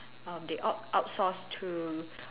um they out outsource to